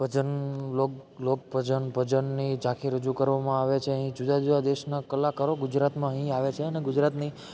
ભજન લોક લોક ભજન ભજનની ઝાંખી રજૂ કરવામાં આવે છે અહીં જુદા જુદા દેશના કલાકારો ગુજરાતમાં અહીં આવે છે અને ગુજરાતની